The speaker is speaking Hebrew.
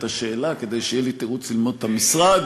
השאלה כדי שיהיה לי תירוץ ללמוד את המשרד.